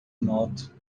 moto